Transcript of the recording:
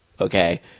Okay